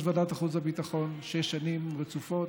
ועדת החוץ והביטחון שש שנים רצופות,